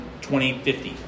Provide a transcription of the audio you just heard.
2050